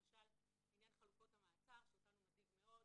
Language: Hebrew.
למשל, עניין חלופות המעצר, שאותנו מדאיג מאוד.